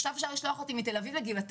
עכשיו אפשר לשלוח אותי מתל אביב לגבעתיים